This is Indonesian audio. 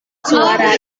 suara